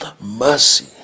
mercy